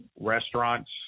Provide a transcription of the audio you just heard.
Restaurants